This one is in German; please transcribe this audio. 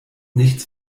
nichts